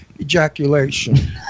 ejaculation